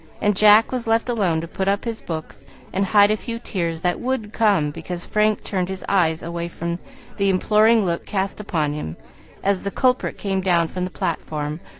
and jack was left alone to put up his books and hide a few tears that would come because frank turned his eyes away from the imploring look cast upon him as the culprit came down from the platform,